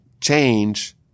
change